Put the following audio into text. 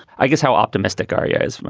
i guess. how optimistic are you guys?